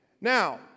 Now